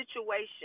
situation